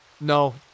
No